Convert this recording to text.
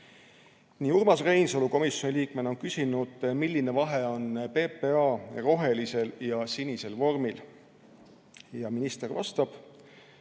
Nii. Urmas Reinsalu komisjoni liikmena küsis, milline vahe on PPA rohelisel ja sinisel vormil. Minister vastas,